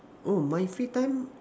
oh my free time